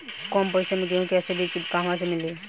कम पैसा में गेहूं के अच्छा बिज कहवा से ली?